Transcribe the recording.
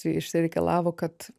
išsireikalavo kad